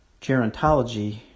Gerontology